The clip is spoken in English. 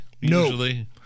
usually